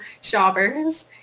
shoppers